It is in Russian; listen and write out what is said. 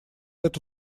эту